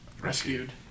Rescued